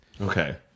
Okay